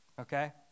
Okay